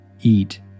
eat